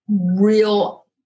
real